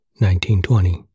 1920